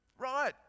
Right